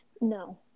No